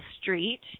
street